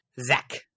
zach